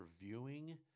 reviewing